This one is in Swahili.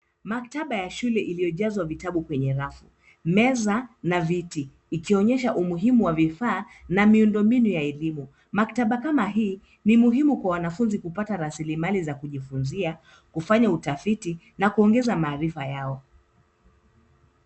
Maktaba ya shule iliyojazwa vitabu penye rafu. Meza na viti, ikionyesha umuhimu wa vifaa na miundombinu ya elimu. Maktaba kama hii, ni muhimu kwa wanafunzi kupata rasilimali za kujifunzia, kufanya utafiti na kuongeza maarifa yao.